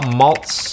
malts